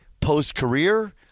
post-career